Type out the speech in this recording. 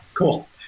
Cool